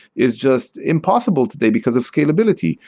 is just impossible today because of scalability.